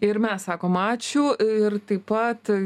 ir mes sakom ačiū ir taip pat